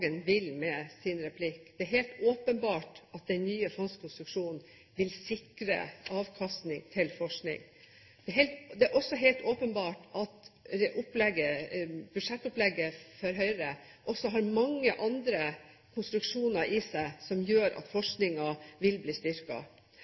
vil med sin replikk. Det er helt åpenbart at den nye fondskonstruksjonen vil sikre avkastning til forskning. Det er helt åpenbart at budsjettopplegget fra Høyre også har mange andre konstruksjoner i seg som gjør at